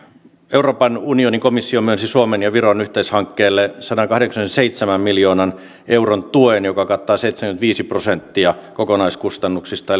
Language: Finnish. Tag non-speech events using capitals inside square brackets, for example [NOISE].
euroopan unionin komissio myönsi suomen ja viron yhteishankkeelle eli suomen ja baltian väliselle kaasuputkihankkeelle sadankahdeksankymmenenseitsemän miljoonan euron tuen joka kattaa seitsemänkymmentäviisi prosenttia kokonaiskustannuksista [UNINTELLIGIBLE]